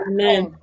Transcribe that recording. Amen